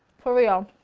for real!